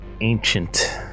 ancient